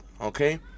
okay